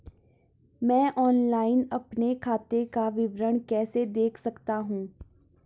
मैं ऑनलाइन अपने खाते का विवरण कैसे देख सकता हूँ?